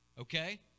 okay